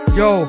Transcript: yo